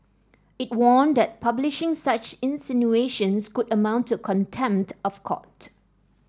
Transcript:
it warned that publishing such insinuations could amount to contempt of court